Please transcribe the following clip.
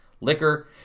liquor